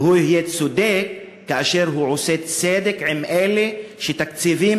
והוא צודק כאשר הוא עושה צדק עם אלה שתקציבים